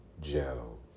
Joe